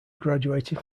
graduating